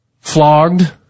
Flogged